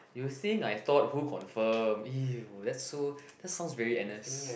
you think I thought who confirm [eww] that's so that's sounds very N_S